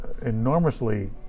enormously